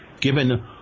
given